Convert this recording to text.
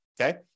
okay